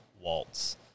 Waltz